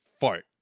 fart